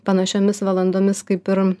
panašiomis valandomis kaip ir